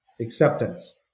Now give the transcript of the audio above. Acceptance